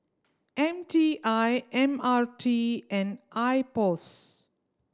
M T I M R T and I POS